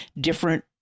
different